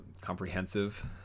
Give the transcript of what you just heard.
comprehensive